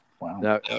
wow